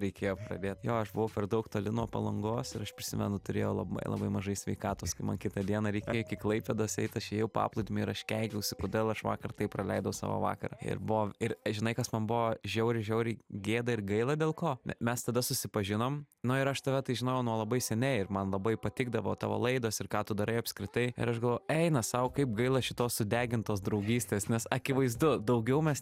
reikėjo pradėt jo aš buvau per daug toli nuo palangos ir aš prisimenu turėjau labai labai mažai sveikatos kai man kitą dieną reikėjo iki klaipėdos eit aš ėjau paplūdimiu ir aš keikiausi kodėl aš vakar taip praleidau savo vakarą ir buvo ir žinai kas man buvo žiauriai žiauriai gėda ir gaila dėl ko mes tada susipažinom nu ir aš tave tai žinojau nuo labai seniai ir man labai patikdavo tavo laidos ir ką tu darai apskritai ir aš galvojau eina sau kaip gaila šitos sudegintos draugystės nes akivaizdu daugiau mes